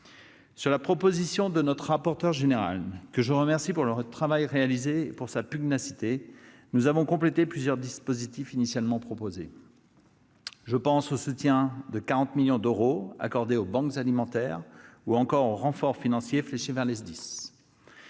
Sur la proposition de notre rapporteur général, que je remercie du travail qu'il a réalisé et de sa pugnacité, nous avons complété plusieurs dispositifs initialement proposés. Je pense au soutien de 40 millions d'euros accordé aux banques alimentaires, ou encore aux renforts financiers fléchés vers les